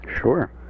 Sure